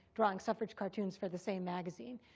drawing suffrage cartoons for the same magazine.